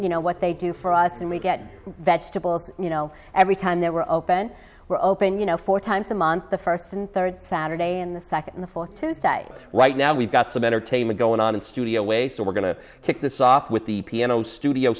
you know what they do for us and we get vegetables you know every time they were open we're open you know four times a month the first and third saturday and the second the fourth tuesday right now we've got some entertainment going on in studio way so we're going to kick this off with the piano studio